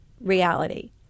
reality